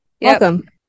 Welcome